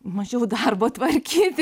mažiau darbo tvarkyti